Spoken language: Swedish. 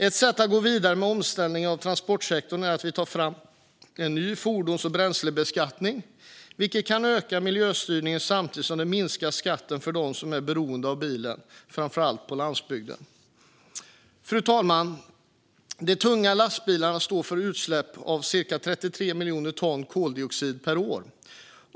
Ett sätt att gå vidare med omställningen av transportsektorn är att ta fram en ny fordons och bränslebeskattning, vilket kan öka miljöstyrningen samtidigt som det minskar skatten för dem som är beroende av bilen, framför allt på landsbygden. Fru talman! De tunga lastbilarna står för utsläpp av ca 3,3 miljoner ton koldioxid per år.